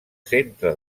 centre